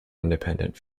independent